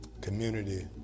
Community